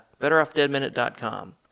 betteroffdeadminute.com